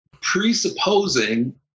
Presupposing